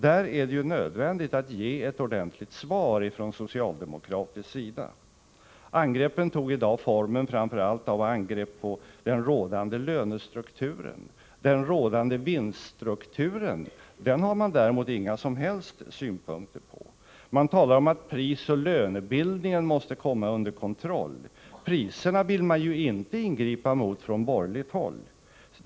Där är det nödvändigt att ge ett ordentligt svar från socialdemokratisk sida. Angreppen tog i dag formen framför allt av angrepp på den rådande lönestrukturen. Den rådande vinststrukturen har man däremot inga som helst synpunkter på. Man talar också om att prisoch lönebildningen måste komma under . kontroll. Priserna vill ju de borgerliga inte ingripa mot.